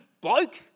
bloke